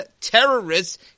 Terrorists